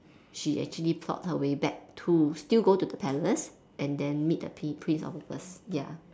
she actually plot her way back to still go to the palace and then meet the prince prince charming first